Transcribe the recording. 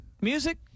music